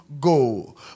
go